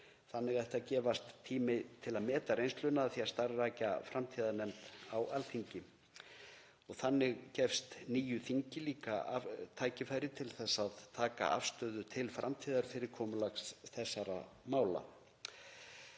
Þannig ætti að gefast tími til að meta reynsluna af því að starfrækja framtíðarnefnd á Alþingi. Þannig gefst nýju þingi líka tækifæri til að taka afstöðu til framtíðarfyrirkomulags þessara mála.